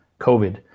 COVID